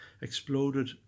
exploded